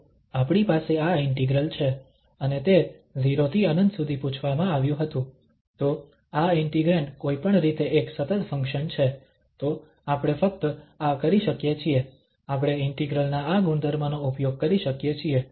તો આપણી પાસે આ ઇન્ટિગ્રલ છે અને તે 0 થી ∞ સુધી પૂછવામાં આવ્યું હતું તો આ ઇન્ટિગ્રેંડ કોઈપણ રીતે એક સતત ફંક્શન છે તો આપણે ફક્ત આ કરી શકીએ છીએ આપણે ઇન્ટિગ્રલ ના આ ગુણધર્મનો ઉપયોગ કરી શકીએ છીએ